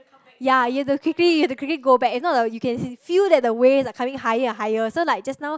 ya you have to quickly you have to quickly go back if not the you can feel the wave are coming higher and higher so like just now